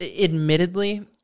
admittedly